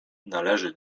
należy